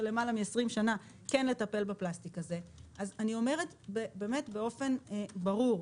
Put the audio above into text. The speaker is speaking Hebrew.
למעלה מ-20 שנה לטפל בפלסטיק הזה אז אני אומרת באופן ברור: